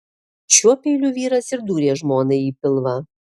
šiuo peiliu vyras ir dūrė žmonai į pilvą